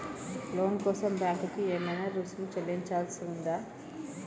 లోను కోసం బ్యాంక్ కి ఏమైనా రుసుము చెల్లించాల్సి ఉందా?